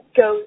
go